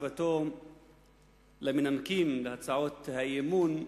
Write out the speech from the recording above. בתשובתו למנמקים את הצעות האי-אמון,